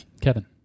Kevin